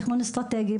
תכנון אסטרטגי,